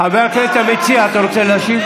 חבר הכנסת המציע, אתה רוצה להשיב?